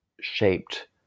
shaped